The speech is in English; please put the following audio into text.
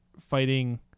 fighting